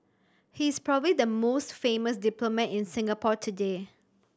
he is probably the most famous diplomat in Singapore today